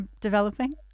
developing